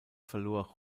verlor